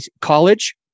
college